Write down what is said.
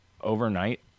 overnight